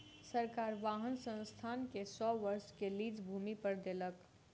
सरकार वाहन संस्थान के सौ वर्ष के लीज भूमि पर देलक